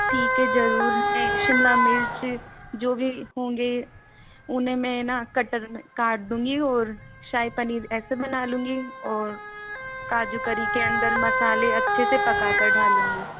ठीक है ज़रूर मैं शिमला मिर्च जो भी होंगे उन्हें मैं ना कटर में काट दूंगी और शाही पनीर ऐसे बना लूंगी और काजू करी के अंदर मसाले अच्छे से पका कर डालूंगी